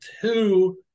two